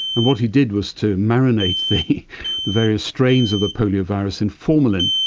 and what he did was to marinate the various strains of the polio virus in formalin,